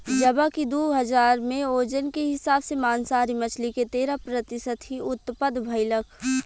जबकि दू हज़ार में ओजन के हिसाब से मांसाहारी मछली के तेरह प्रतिशत ही उत्तपद भईलख